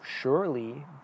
surely